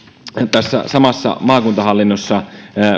tässä samassa maakuntahallinnossa